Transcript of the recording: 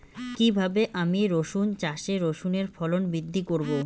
কীভাবে আমি রসুন চাষে রসুনের ফলন বৃদ্ধি করব?